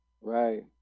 Right